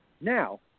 Now